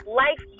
life